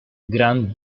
grand